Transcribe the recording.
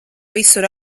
visur